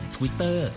Twitter